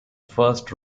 first